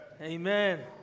Amen